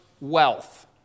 wealth